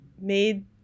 made